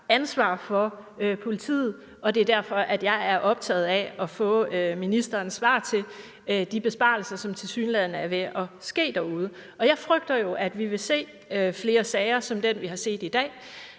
ansvaret for politiet. Det er derfor, at jeg er optaget af at få ministerens svar i forhold til de besparelser, som tilsyneladende er ved at ske derude. Jeg frygter jo, at vi vil se flere sager som den, vi har set i dag